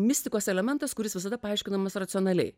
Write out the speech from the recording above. mistikos elementas kuris visada paaiškinamas racionaliai